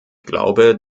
glaube